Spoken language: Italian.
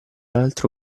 altro